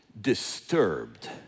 disturbed